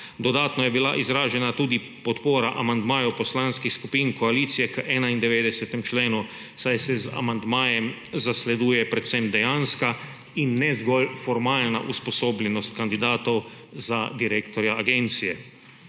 Dodatno je bila izražena tudi podpora amandmaju poslanskih skupin koalicije k 91. členu, saj se z amandmajem zasleduje predvsem dejanska in ne zgolj formalna usposobljenost kandidatov za direktorja agencije.